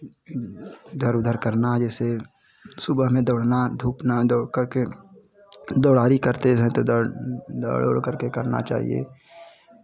इधर उधर करना जैसे सुबह में दौड़ना धूपना दौड़ करके करते हैं तो दौड़ दौड़ उड़ करके करना चाहिए